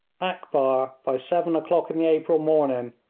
akbar, by seven o'clock in the april morning,